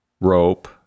rope